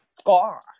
scar